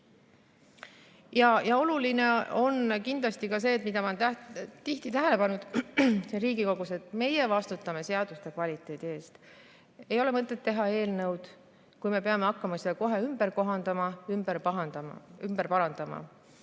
seadustega. Oluline on kindlasti ka see, mida ma olen tihti tähele pannud Riigikogus, et meie vastutame seaduste kvaliteedi eest. Ei ole mõtet teha eelnõu, kui me peame hakkama seda kohe ümber kohandama ja parandama.